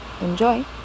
Enjoy